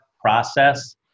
process